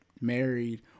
married